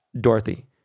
Dorothy